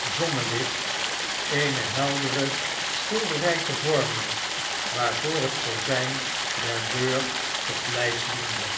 zonnelicht eene heldere schilderij te vormen waarvoor het kozijn der deur tot lijst diende